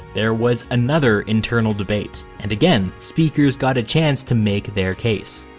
there was another internal debate, and again, speakers got a chance to make their case.